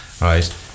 right